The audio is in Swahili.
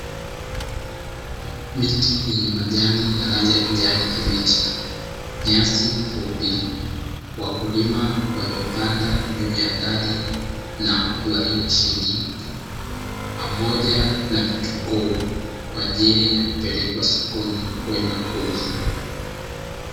Miti yenye majani ya rangi ya kijani kibichi, nyasi fupi, wakulima waliopanda juu ya gari na walio chini pamoja na vitunguu kwa ajili ya kupelekwa sokoni kwenda kuuzwa.